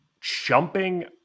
jumping